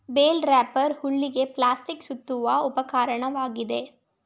bale wrapper ಹುಲ್ಲಿಗೆ plastic ಸುತ್ತುವ ಉಪಕರಣವಾಗಿದೆ